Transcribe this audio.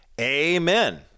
amen